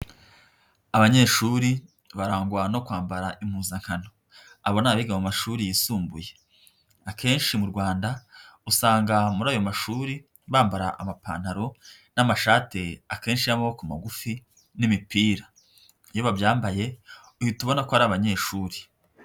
Abanyeshuri barangwa no kwambara impuzankanobona, abo ni abiga mu mashuri yisumbuye, akenshi mu Rwanda usanga muri ayo mashuri bambara amapantaro n'amashati, akenshi y'amaboko magufi n'imipira, iyo babyambaye uhita ubona ko ari abanyeshuri.